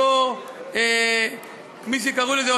כפי שקראו לזה,